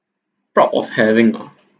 proud of having ah